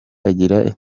agira